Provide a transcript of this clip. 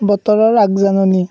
বতৰৰ আগজাননী